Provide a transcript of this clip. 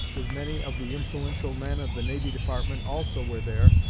with many of the influential men of the navy department, also were there.